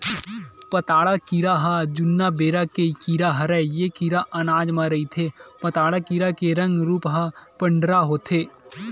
पताड़ा कीरा ह जुन्ना बेरा के कीरा हरय ऐ कीरा अनाज म रहिथे पताड़ा कीरा के रंग रूप ह पंडरा होथे